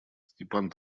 степан